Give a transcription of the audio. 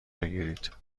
بگیرید